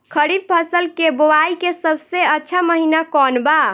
खरीफ फसल के बोआई के सबसे अच्छा महिना कौन बा?